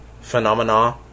phenomena